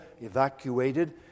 evacuated